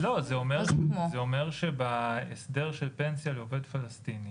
אואו בהסדר של פנסיה לעובד פלסטיני